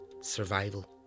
survival